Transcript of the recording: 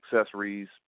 accessories